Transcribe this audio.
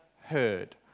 heard